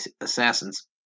assassins